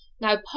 now